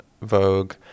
Vogue